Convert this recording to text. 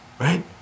right